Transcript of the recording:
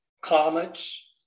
comets